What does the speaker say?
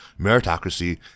Meritocracy